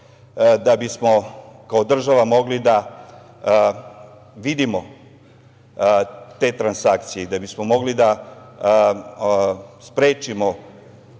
bismo kao država mogli da vidimo te transakcije i da bismo mogli da sprečimo